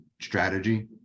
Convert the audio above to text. strategy